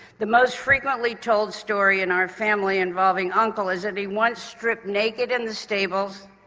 the most frequently told story in our family involving uncle is that he once stripped naked in the stable,